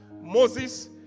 Moses